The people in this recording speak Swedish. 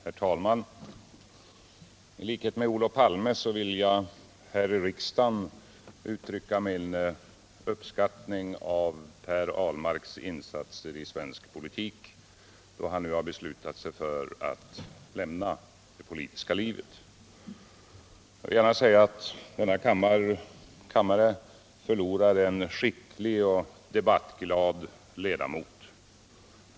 Herr talman! I likhet med Olof Palme vill jag här i riksdagen uttrycka min uppskattning av Per Ahlmarks insatser i svensk politik, då han nu har beslutat sig för att lämna det politiska livet. Jag vill gärna säga att denna kammare förlorar en skicklig och debattglad ledamot.